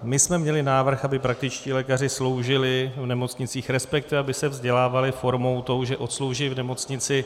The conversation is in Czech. My jsme měli návrh, aby praktičtí lékaři sloužili v nemocnicích, resp. aby se vzdělávali formou tou, že odslouží v nemocnici.